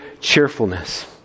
cheerfulness